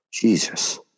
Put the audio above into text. Jesus